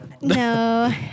No